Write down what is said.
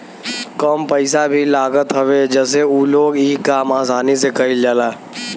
कम पइसा भी लागत हवे जसे उ लोग इ काम आसानी से कईल जाला